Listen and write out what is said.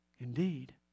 Indeed